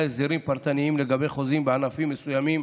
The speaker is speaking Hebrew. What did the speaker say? הסדרים פרטניים לגבי חוזים בענפים מסוימים,